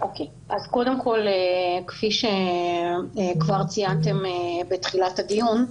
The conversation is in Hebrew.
אז קודם כל כפי שכבר ציינתם בתחילת הדיון,